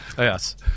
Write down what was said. Yes